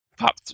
Pop